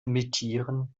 imitieren